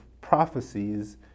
prophecies